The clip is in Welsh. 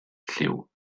lliw